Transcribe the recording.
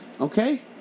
okay